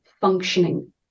functioning